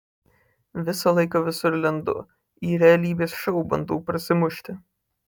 visą laiką visur lendu į realybės šou bandau prasimušti